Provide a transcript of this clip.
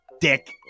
Dick